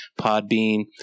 Podbean